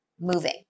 moving